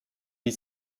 wie